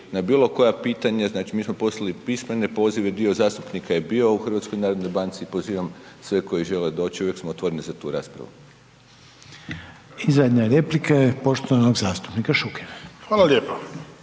na bilo koja pitanja, znači mi smo poslali pismene pozive, dio zastupnika je bio u HNB-u i pozivam sve koji žele doći, uvijek smo otvoreni za tu raspravu. **Reiner, Željko (HDZ)** Zadnja replika je poštovanog zastupnika Šukera. **Šuker,